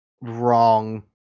wrong